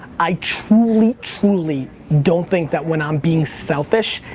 i truly truly don't think that when i'm being selfish,